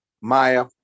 Maya